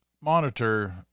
monitor